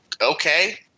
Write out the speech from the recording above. okay